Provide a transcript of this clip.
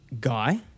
guy